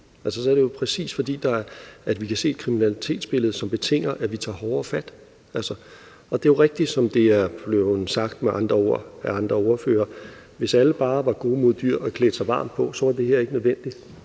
så er det jo præcis, fordi vi kan se et kriminalitetsbillede, som betinger, at vi tager hårdere fat. Og det er jo rigtigt, som det er blevet sagt med andre ord af andre ordførere, at hvis alle bare var gode mod dyr og klædte sig varmt på, var det her ikke nødvendigt,